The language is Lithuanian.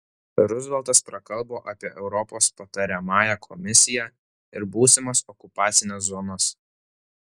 ruzveltas prakalbo apie europos patariamąją komisiją ir būsimas okupacines zonas